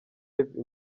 live